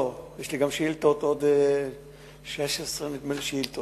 לא, יש לי גם שאילתות, נדמה לי עוד 16 שאילתות.